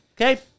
okay